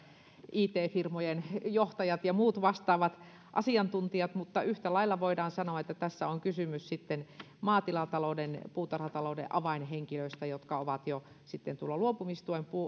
it firmojen johtajat ja muut vastaavat asiantuntijat mutta yhtä lailla voidaan sanoa että tässä on kysymys maatilatalouden puutarhatalouden avainhenkilöistä jotka ovat jo luopumistuen